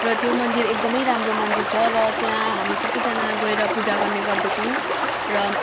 र त्यो मन्दिर एकदम राम्रो मन्दिर छ र त्यहाँ हामी सबजना गएर पूजा गर्ने गर्दछौँ र